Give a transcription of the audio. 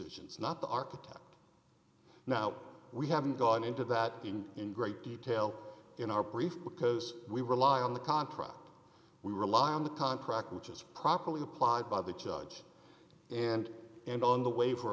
decisions not the architect now we haven't gone into that thing in great detail in our brief because we rely on the contract we rely on the contract which is properly applied by the judge and and on the way for